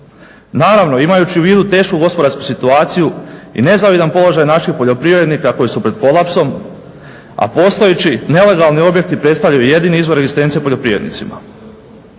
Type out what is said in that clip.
Naravno imajući u vidu tešku gospodarsku situaciju i nezavidan položaj naših poljoprivrednika koji su pred kolapsom, a postojeći nelegalni objekti predstavljaju jedini izvor egzistencije poljoprivrednicima.